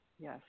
Yes